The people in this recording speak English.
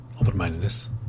Open-mindedness